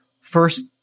first